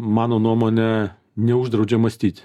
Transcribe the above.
mano nuomone neuždraudžia mąstyt